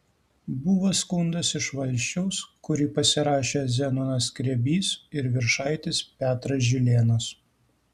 buvo skundas iš valsčiaus kurį pasirašė zenonas skrebys ir viršaitis petras žilėnas